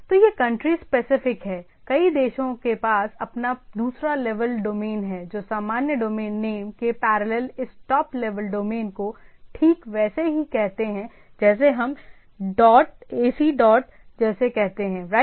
तो यह country specific है कई देशों के पास अपना दूसरा लेवल डोमेन है जो सामान्य डोमेन नेम के पैरेलल इस टॉप लेवल डोमेन को ठीक वैसे ही कहते हैं जैसे हम एसी डॉट जैसे कहते हैं राइट